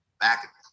back